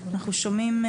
אנחנו שומעים,